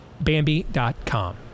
Bambi.com